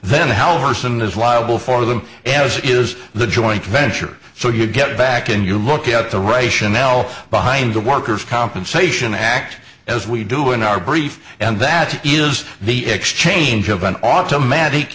then helgerson is liable for them as is the joint venture so you get back and you look at the ration elf behind the worker's compensation act as we do in our brief and that is the exchange of an automatic